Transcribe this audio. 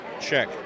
Check